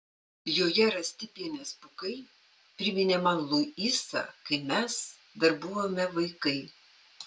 joje rasti pienės pūkai priminė man luisą kai mes dar buvome vaikai